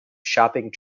shopping